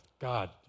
God